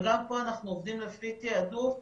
גם פה אנחנו עובדים לפי תעדוף.